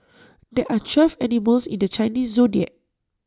there are twelve animals in the Chinese Zodiac